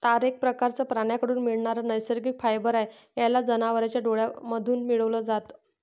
तार एक प्रकारचं प्राण्यांकडून मिळणारा नैसर्गिक फायबर आहे, याला जनावरांच्या डोळ्यांमधून मिळवल जात